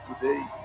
today